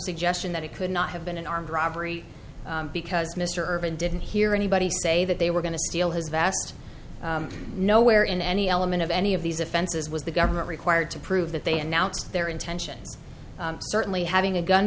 suggestion that it could not have been an armed robbery because mr ervin didn't hear anybody say that they were going to steal his vast nowhere in any element of any of these offenses was the government required to prove that they announced their intention certainly having a gun